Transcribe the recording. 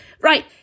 Right